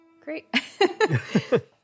great